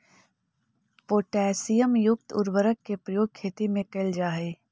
potassium युक्त उर्वरक के प्रयोग खेती में कैल जा हइ